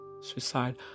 suicide